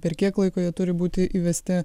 per kiek laiko jie turi būti įvesti